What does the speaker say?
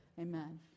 Amen